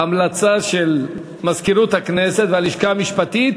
בהמלצה של מזכירות הכנסת והלשכה המשפטית